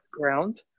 ground